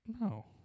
No